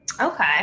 Okay